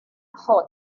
hoc